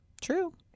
True